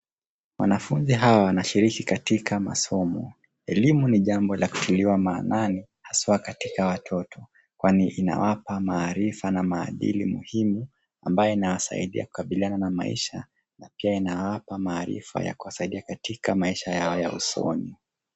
Wanafunzi hawa wanashiriki katika masomo. Elimu ni jambo la kutiliwa maanani haswa katika watoto kwani inawapa maarifa na maadili muhimu ambayo inawasaidia kukabiliana na maisha na pia inawapa maarifa ya kuwasaidia katika maisha yao ya usoni.